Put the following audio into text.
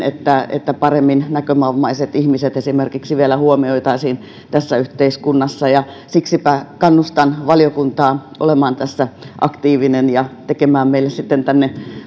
että esimerkiksi näkövammaiset ihmiset vielä paremmin huomioitaisiin tässä yhteiskunnassa siksipä kannustan valiokuntaa olemaan tässä aktiivinen ja tekemään meille tänne